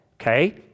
Okay